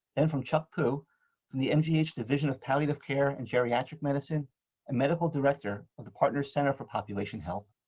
and from chuck pu from the mgh division of palliative care and geriatric medicine and medical director of the partners center for population health,